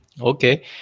okay